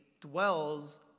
dwells